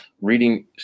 reading